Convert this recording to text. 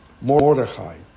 Mordechai